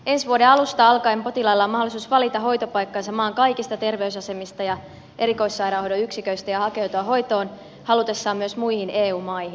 ensi vuoden alusta alkaen potilaalla on mahdollisuus valita hoitopaikkansa maan kaikista terveysasemista ja erikoissairaanhoidon yksiköistä ja hakeutua hoitoon halutessaan myös muihin eu maihin